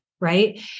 Right